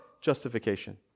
justification